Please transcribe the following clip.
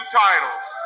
titles